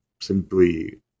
simply